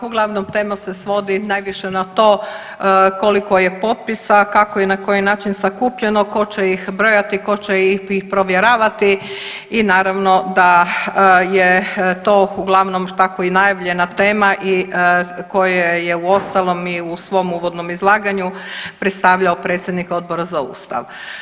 Uglavnom, tema se svodi najviše na to koliko je potpisa, kako i na koji način sakupljeno, tko će ih brojati, tko će ih provjeravati i naravno da je to uglavnom tako i najavljena tema koje je i uostalom u svom uvodnom izlaganju predstavljao predsjednik Odbora za Ustav.